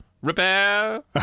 Repair